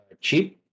cheap